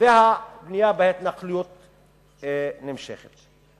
והבנייה בהתנחלויות נמשכת.